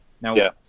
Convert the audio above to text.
Now